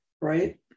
Right